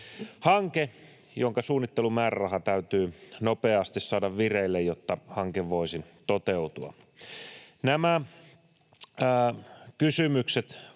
hanke, jonka suunnittelumääräraha täytyy nopeasti saada vireille, jotta hanke voisi toteutua. Nämä kysymykset varmasti